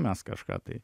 mes kažką tai